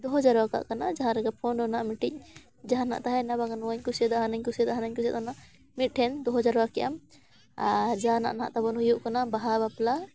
ᱫᱚᱦᱚ ᱡᱟᱣᱨᱟ ᱠᱟᱜ ᱠᱟᱱᱟ ᱡᱟᱦᱟᱸ ᱨᱮᱜᱮ ᱯᱷᱳᱱ ᱨᱮᱱᱟᱜ ᱢᱤᱫᱴᱤᱡ ᱡᱟᱦᱟᱱᱟᱜ ᱛᱟᱦᱮᱱᱟ ᱵᱟᱝᱟ ᱱᱚᱣᱟᱧ ᱠᱩᱥᱤᱭᱟᱫᱟ ᱦᱟᱱᱟᱧ ᱠᱩᱥᱤᱭᱟᱫᱼᱟ ᱦᱟᱱᱟᱧ ᱠᱩᱥᱤᱭᱟᱜᱼᱟ ᱢᱤᱫ ᱴᱷᱮᱱ ᱫᱚᱦᱚ ᱡᱟᱣᱨᱟ ᱠᱮᱫᱼᱟᱢ ᱟᱨ ᱡᱟᱦᱟᱸ ᱱᱟᱦᱟᱜ ᱛᱟᱵᱚᱱ ᱦᱩᱭᱩᱜ ᱠᱟᱱᱟ ᱵᱟᱦᱟ ᱵᱟᱯᱞᱟ